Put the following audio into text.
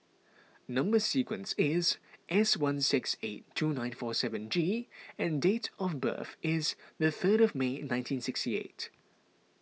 Number Sequence is S one six eight two nine four seven G and date of birth is the third of May nineteen sixty eight